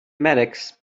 medics